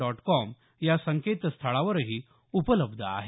dot com या संकेतस्थळावरही उपलब्ध आहे